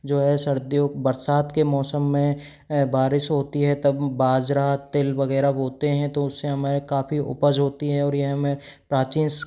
जो है सर्दियों बरसात के मौसम में बारिश होती है तब बाजरा तिल वगैरह बोतें हैं तो उससे हमारे काफी उपज होती है और यह हमें प्राचीन